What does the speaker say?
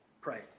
pray